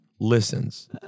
listens